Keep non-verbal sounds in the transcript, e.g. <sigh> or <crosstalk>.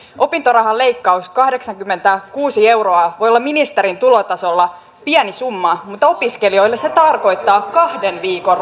opintorahan leikkaus kahdeksankymmentäkuusi euroa voi olla ministerin tulotasolla pieni summa mutta opiskelijoille se tarkoittaa kahden viikon <unintelligible>